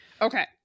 Okay